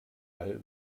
all